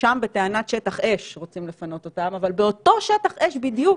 שם בטענת שטח אש רוצים לפנות אותם אבל אותו שטח אש בדיוק